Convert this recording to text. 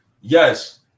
yes